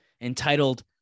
entitled